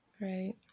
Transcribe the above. right